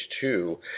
two